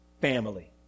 family